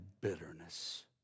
bitterness